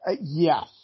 Yes